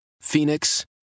Phoenix